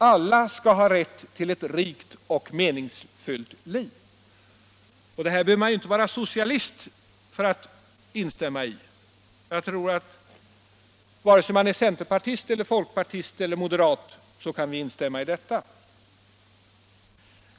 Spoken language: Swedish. —-- Alla ska ha rätt till ett rikt och meningsfyllt liv.” Det här behöver man inte vara socialist för att instämma i. Jag tror att vare sig vi är centerpartister eller folkpartister eller moderater så kan vi instämma i detta.